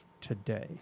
today